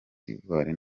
d’ivoire